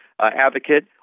advocate